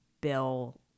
Bill